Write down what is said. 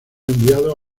enviados